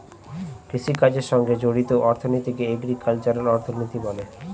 কৃষিকাজের সঙ্গে জড়িত অর্থনীতিকে এগ্রিকালচারাল অর্থনীতি বলে